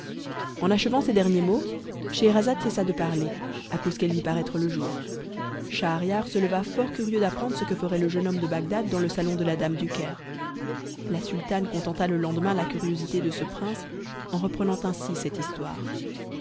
en achevant ces derniers mots scheherazade cessa de parler à cause qu'elle vit paraître le jour schahriar se leva fort curieux d'apprendre ce que ferait le jeune homme de bagdad dans le salon de la dame du caire la sultane contenta le lendemain la curiosité de ce prince en reprenant ainsi cette histoire